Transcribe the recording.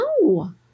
No